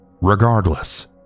Regardless